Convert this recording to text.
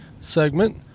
segment